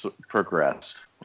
progressed